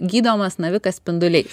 gydomas navikas spinduliais